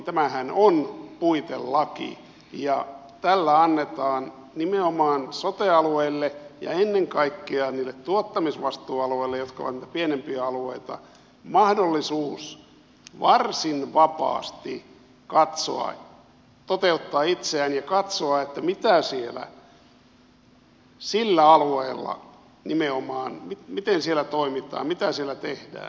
tämähän on puitelaki ja tällä annetaan nimenomaan sote alueille ja ennen kaikkea niille tuottamisvastuualueille jotka ovat niitä pienempiä alueita mahdollisuus varsin vapaasti toteuttaa itseään ja katsoa miten sillä alueella nimenomaan toimitaan mitä siellä tehdään